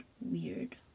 weird